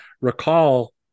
recall